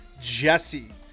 Jesse